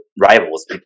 rivals